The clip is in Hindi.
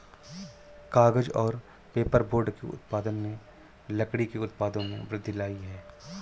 कागज़ और पेपरबोर्ड के उत्पादन ने लकड़ी के उत्पादों में वृद्धि लायी है